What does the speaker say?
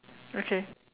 okay